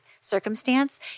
circumstance